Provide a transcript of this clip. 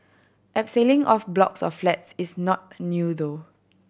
abseiling off blocks of flats is not new though